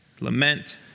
lament